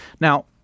Now